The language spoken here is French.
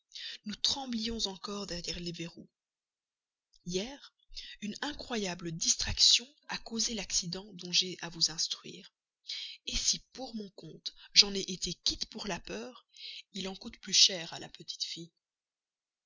nous tremblions encore derrière les verrous hier une incroyable distraction a causé l'accident dont j'ai à vous instruire si pour mon compte j'en ai été quitte pour la peur il en coûte plus cher à la petite fille